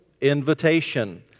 Invitation